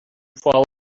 fall